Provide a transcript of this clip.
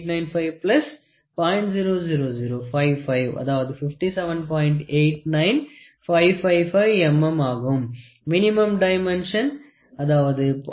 00055 mm Maximum Dimension 57